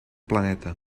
planeta